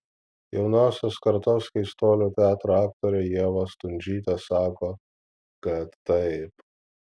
jaunosios kartos keistuolių teatro aktorė ieva stundžytė sako kad taip